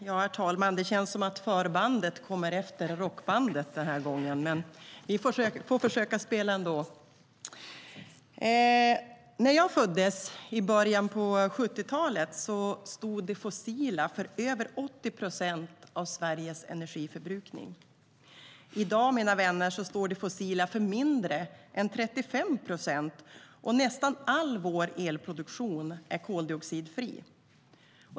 Herr talman! Det känns som om förbandet kommer efter rockbandet den här gången, men vi får försöka spela ändå. När jag föddes i början av 70-talet stod det fossila för över 80 procent av Sveriges energiförbrukning. I dag, mina vänner, står det fossila för mindre än 35 procent, och nästan all vår elproduktion är koldioxidfri.